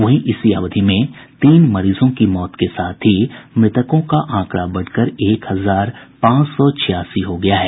वहीं इसी अवधि तीन मरीजों की मौत के साथ ही मृतकों का आंकड़ा बढ़कर एक हजार पांच सौ छियासी हो गया है